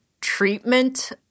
treatment